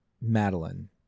Madeline